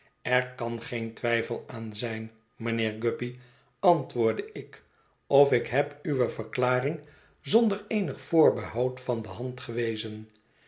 er kan geen twijfel aan zijn mijnheer guppy antwoordde ik of ik heb uwe verklaring zonder eenig voorbehoud van de hand gewezen